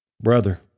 Brother